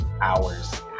hours